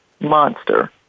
monster